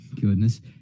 goodness